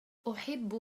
أحب